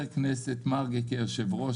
אני התחייבתי בפני חבר הכנסת מרגי כיושב-ראש